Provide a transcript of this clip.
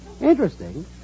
Interesting